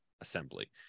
assembly